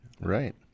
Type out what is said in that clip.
Right